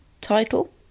title